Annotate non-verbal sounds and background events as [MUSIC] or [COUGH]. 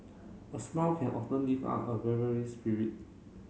a smile can often lift up a [UNINTELLIGIBLE] spirit